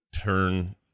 turn